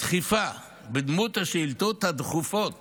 הדחיפה בדמות השאילתות הדחופות